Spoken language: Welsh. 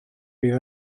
bydd